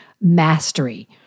mastery